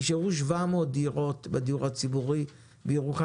נשארו 700 דירות בדיור הציבורי בירוחם